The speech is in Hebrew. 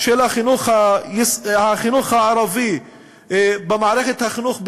של החינוך הערבי במערכת החינוך בישראל.